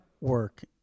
work